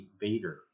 Vader